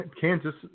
Kansas